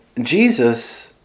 Jesus